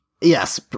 yes